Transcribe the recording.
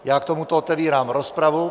Já k tomuto otevírám rozpravu.